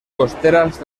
costeras